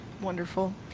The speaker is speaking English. Wonderful